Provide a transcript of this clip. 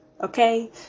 okay